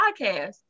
podcast